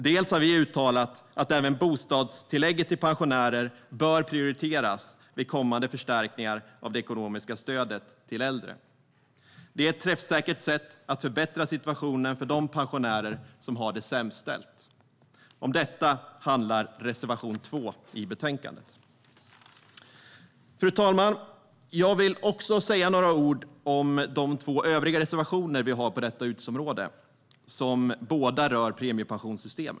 Dels har vi uttalat att även bostadstillägget till pensionärer bör prioriteras vid kommande förstärkningar av det ekonomiska stödet till äldre. Det är ett träffsäkert sätt att förbättra situationen för de pensionärer som har det sämst ställt. Om detta handlar reservation 2 i betänkandet. Fru talman! Jag vill också säga några ord om de två övriga reservationer vi har på detta utgiftsområde, som båda rör premiepensionssystemet.